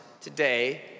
today